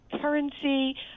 currency